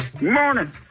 Morning